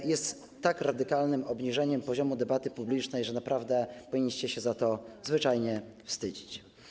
To jest tak radykalne obniżenie poziomu debaty publicznej, że naprawdę powinniście się za to zwyczajnie wstydzić.